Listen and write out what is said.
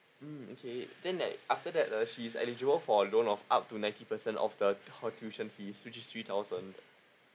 mm okay then like after that uh he is eligible for loan of up to ninety percent of the whole tuition fees which is three thousand